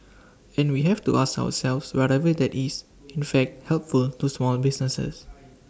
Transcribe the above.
and we have to ask ourselves whatever that is in fact helpful to small businesses